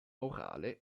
orale